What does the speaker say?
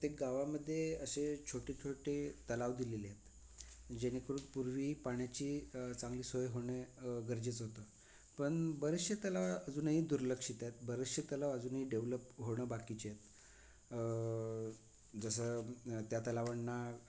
हा प्रत्येक गावामध्ये असे छोटे छोटे तलाव दिलेले आहेत जेणेकरून पूर्वी पाण्याची चांगली सोय होणे गरजेचं होतं पण बरेचसे तलाव अजूनही दुर्लक्षित आहेत बरेचसे तलाव अजूनही डेव्हलप होणं बाकीच आहेत जसं त्या तलावांना